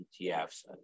ETFs